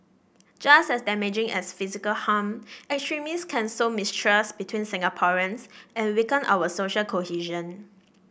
just as damaging as physical harm extremists can sow mistrust between Singaporeans and weaken our social cohesion